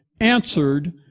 answered